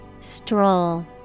stroll